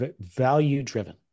value-driven